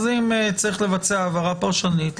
אז אם צריך לבצע העברה פרשנית,